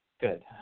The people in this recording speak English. good